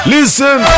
Listen